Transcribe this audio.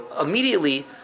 immediately